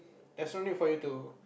there's no need for you to